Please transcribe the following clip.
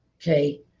Okay